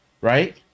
right